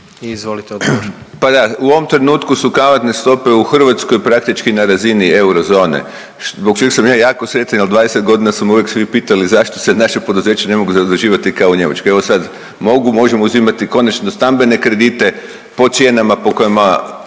**Vujčić, Boris** Pa da, u ovom trenutku su kamatne stope u Hrvatskoj praktički na razini Eurozone zbog čega sam ja jako sretan jel 20.g. su me uvijek svi pitali zašto se naša poduzeća ne mogu zaduživati kao u Njemačkoj. Evo sad mogu, možemo uzimati konačno stambene kredite po cijenama po kojima